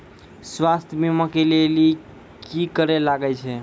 स्वास्थ्य बीमा के लेली की करे लागे छै?